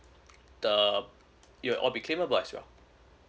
the it'll all be claimable as well